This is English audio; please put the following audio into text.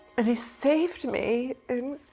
and he saved me and